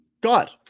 got